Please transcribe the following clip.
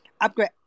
upgrade